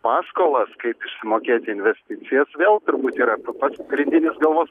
paskolas kaip išmokėti investicijas vėl turbūt yra pats pagrindinis galvos